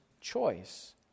choice